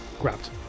Grabbed